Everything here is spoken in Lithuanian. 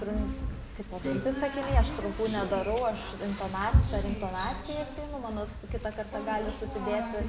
trump tipo trumpi sakiniai aš trumpų nedarau aš intona per intonacijas einu mano su kitą kartą gali susidėti